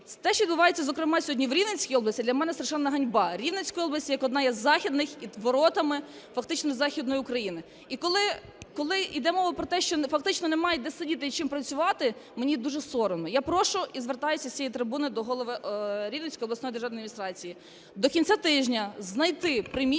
Те, що відбувається, зокрема сьогодні в Рівненській області, для мене страшенна ганьба. Рівненська область як одна із західних є воротами фактично Західної України. І коли йде мова про те, що фактично немає де сидіти і чим працювати, мені дуже соромно. Я прошу і звертаюся з цієї трибуни до голови Рівненської обласної державної адміністрації до кінця тижня знайти приміщення